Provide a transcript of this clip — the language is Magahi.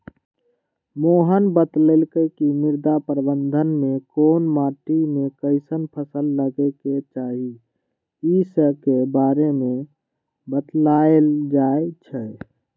मोहित बतलकई कि मृदा प्रबंधन में कोन माटी में कईसन फसल लगे के चाहि ई स के बारे में बतलाएल जाई छई